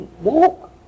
walk